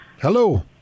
Hello